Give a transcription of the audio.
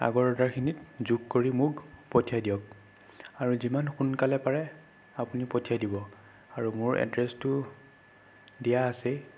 আগৰ অৰ্ডাৰখিনিত যোগ কৰি মোক পঠিয়াই দিয়ক আৰু যিমান সোনকালে পাৰে আপুনি পঠিয়াই দিব আৰু মোৰ এড্ৰেছটো দিয়া আছেই